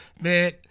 Man